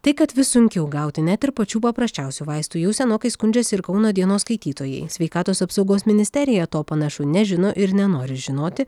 tai kad vis sunkiau gauti net ir pačių paprasčiausių vaistų jau senokai skundžiasi ir kauno dienos skaitytojai sveikatos apsaugos ministerija to panašu nežino ir nenori žinoti